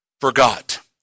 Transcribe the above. forgot